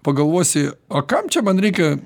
pagalvosi o kam čia man reikia